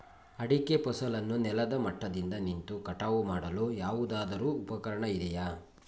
ಅಡಿಕೆ ಫಸಲನ್ನು ನೆಲದ ಮಟ್ಟದಿಂದ ನಿಂತು ಕಟಾವು ಮಾಡಲು ಯಾವುದಾದರು ಉಪಕರಣ ಇದೆಯಾ?